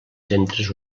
centres